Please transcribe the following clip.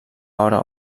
hora